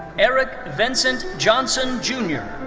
eric vincent johnson jr.